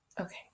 Okay